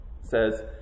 says